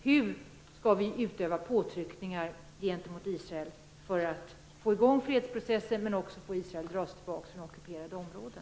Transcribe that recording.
Hur skall vi utöva påtryckningar gentemot Israel för att få i gång fredsprocessen och för att få Israel att dra sig tillbaka från ockuperade områden?